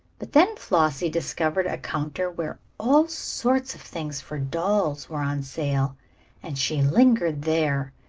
but then flossie discovered a counter where all sorts of things for dolls were on sale and she lingered there,